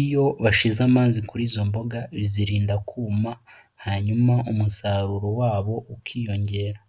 Iyo bashizemanzi kuri izo mboga bizirinda kuma, hanyuma umusaruro wabo ukiyongera.